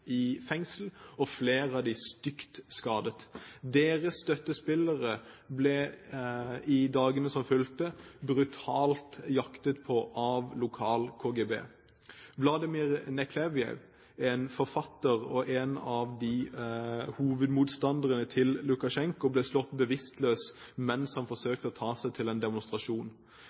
i fengsel, og flere av dem stygt skadet. Deres støttespillere ble i dagene som fulgte, brutalt jaktet på av lokalt KGB. Vladimir Neklyayev, en forfatter og en av hovedmotstanderne til Lukasjenko, ble slått bevisstløs mens han forsøkte å ta seg til en demonstrasjon.